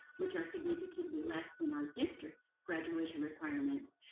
which are significantly less than our district's graduation requirements,